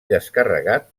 descarregat